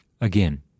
Again